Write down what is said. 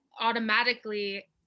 automatically